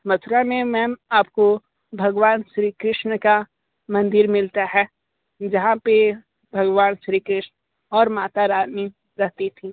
मथुरा में मैम आपको भगवान श्री कृष्ण का मंदिर मिलता हैं जहाँ पर भगवान श्री कृष्ण और माता रानी रहती थीं